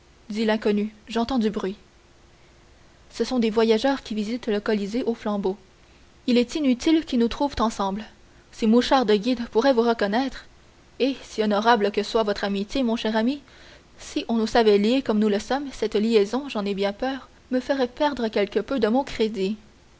dit l'inconnu j'entends du bruit ce sont des voyageurs qui visitent le colisée aux flambeaux il est inutile qu'ils nous trouvent ensemble ces mouchards de guides pourraient vous reconnaître et si honorable que soit votre amitié mon cher ami si on nous savait liés comme nous le sommes cette liaison j'en ai bien peur me ferait perdre quelque peu de mon crédit